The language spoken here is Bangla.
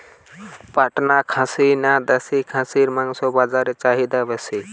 পাটনা খাসি না দেশী খাসির মাংস বাজারে চাহিদা বেশি?